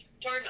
Turn